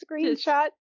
screenshot